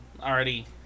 already